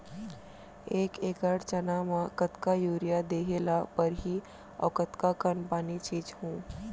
एक एकड़ चना म कतका यूरिया देहे ल परहि अऊ कतका कन पानी छींचहुं?